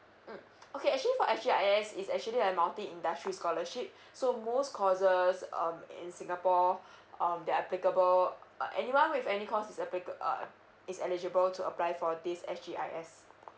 mm okay actually for S_G_I_S is actually a multi industrial scholarship so most courses um in singapore um that applicable anyone with any course is applica~ uh is eligible to apply for this S_G_I_S